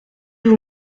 vous